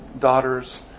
daughters